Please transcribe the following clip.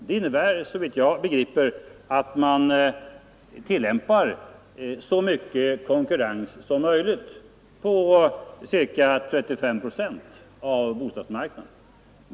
Det innebär, såvitt jag begriper, att man begränsar konkurrenskravet till en del av bostadsmarknaden.